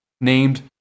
named